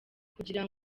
kugira